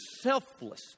selfless